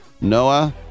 Noah